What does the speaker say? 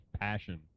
passion